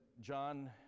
John